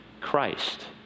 Christ